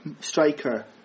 striker